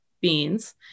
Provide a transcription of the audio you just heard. beans